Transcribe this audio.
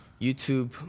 YouTube